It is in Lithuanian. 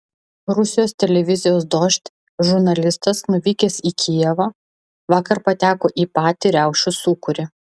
rusijos televizijos dožd žurnalistas nuvykęs į kijevą vakar pateko į patį riaušių sūkurį